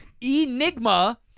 Enigma